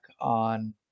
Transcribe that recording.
on